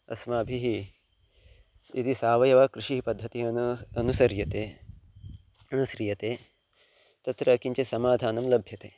अस्माभिः यदि सावयवकृषिपद्धतिः अनु अनुस्रियते अनुस्रियते तत्र किञ्चित् समाधानं लभ्यते